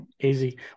easy